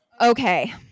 Okay